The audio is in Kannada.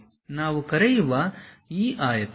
ನಾವು ಕರೆಯುವ ಈ ಆಯತ